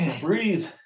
Breathe